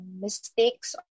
mistakes